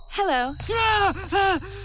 Hello